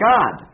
God